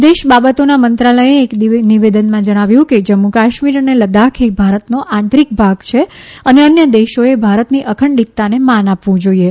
વિદેસ બાબતોના મંત્રાલયે એક નિવેદનમાં જણાવ્યું છે કે જમ્મુ કાશ્મીર અને લડાખ એ ભારતનો આંતરિક ભાગ છે અને અન્ય દેશોએ ભારતની અખંડિતતાને માન આપવું જોઇએ